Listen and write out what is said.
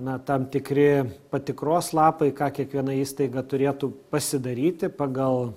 na tam tikri patikros lapai ką kiekviena įstaiga turėtų pasidaryti pagal